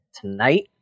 tonight